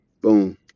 boom